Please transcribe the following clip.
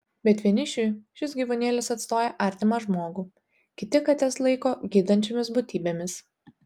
bet vienišiui šis gyvūnėlis atstoja artimą žmogų kiti kates laiko gydančiomis būtybėmis